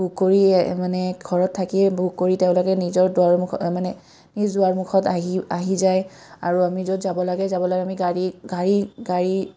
book কৰি মানে ঘৰত থাকিয়ে বুক কৰি তেওঁলোকে নিজৰ দুৱাৰমুখ মানে নিজ দুৱাৰমুখত আহি আহি যায় আৰু আমি য'ত যাব লাগে যাব লাগে আমি গাড়ী গাড়ী গাড়ী